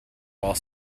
while